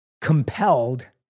compelled